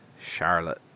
Charlotte